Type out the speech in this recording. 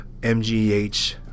MGH